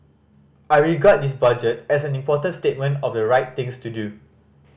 I regard this Budget as an important statement of the right things to do